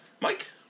Mike